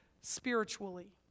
spiritually